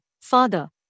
father